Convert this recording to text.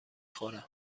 خورم